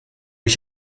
ich